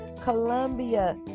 Colombia